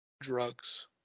drugs